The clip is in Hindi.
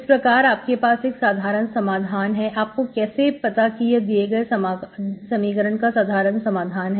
इस प्रकार आपके पास एक साधारण समाधान है आपको कैसे पता कि यह दिए गए समीकरण का साधारण समाधान है